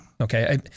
Okay